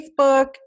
Facebook